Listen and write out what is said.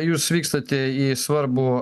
jūs vykstate į svarbų